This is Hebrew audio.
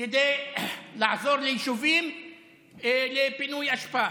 כדי לעזור ליישובים בפינוי אשפה,